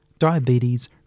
diabetes